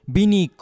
Bini